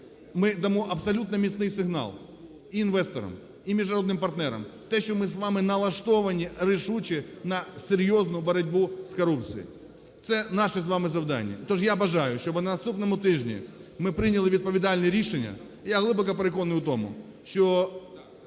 ми дамо абсолютно міцний сигнал і інвесторам, і міжнародним партнерам в те, що ми з вами налаштовані рішуче на серйозну боротьбу з корупцією – це наше з вами завдання. То ж я бажаю, щоби на наступному тижні ми прийняли відповідальне рішення. Я глибоко переконаний у тому, що